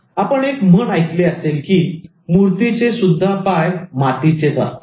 आपण एक म्हण ऐकली असेल की मूर्ती चे सुद्धा पाय मातीचेच असतात